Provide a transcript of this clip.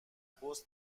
پست